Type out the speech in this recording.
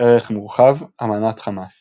ערך מורחב – אמנת חמאס